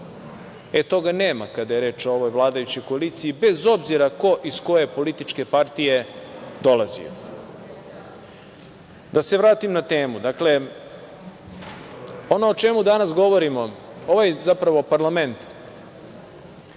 i toga nema kada je reč o ovoj vladajućoj koaliciji, bez obzira ko iz koje političke partije dolazi. Da se vratim na temu. Dakle, ono o čemu danas govorimo… Zapravo, ovaj parlament